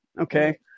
okay